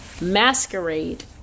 Masquerade